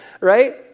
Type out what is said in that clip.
right